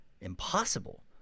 impossible